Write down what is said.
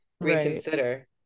reconsider